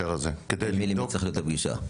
עם מי צריכה להיות הפגישה?